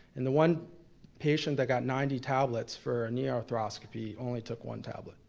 and the one patient that got ninety tablets for a knee arthroscopy only took one tablet.